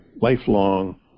lifelong